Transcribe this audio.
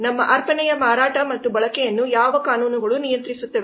ನಮ್ಮ ಅರ್ಪಣೆಯ ಮಾರಾಟ ಮತ್ತು ಬಳಕೆಯನ್ನು ಯಾವ ಕಾನೂನುಗಳು ನಿಯಂತ್ರಿಸುತ್ತವೆ